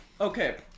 Okay